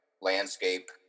landscape